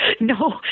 no